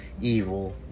evil